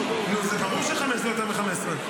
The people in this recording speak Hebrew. זה ברור שחמש זה יותר מ-15,